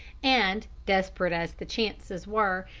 and, desperate as the chances were,